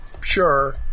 sure